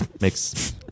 makes